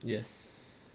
yes